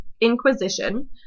Inquisition